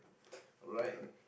alright